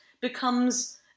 becomes